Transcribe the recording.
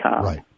Right